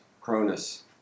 Cronus